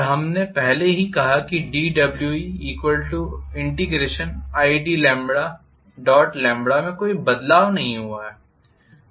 हमने पहले ही कहा कि dWeid में कोई बदलाव नहीं हुआ है